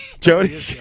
Jody